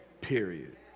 period